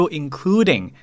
including